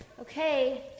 Okay